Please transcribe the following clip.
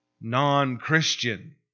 non-Christian